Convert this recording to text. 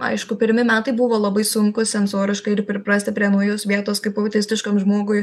aišku pirmi metai buvo labai sunkūs sensoriškai ir priprasti prie naujos vietos kaip autistiškam žmogui